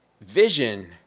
vision